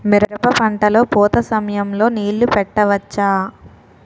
మిరప పంట లొ పూత సమయం లొ నీళ్ళు పెట్టవచ్చా?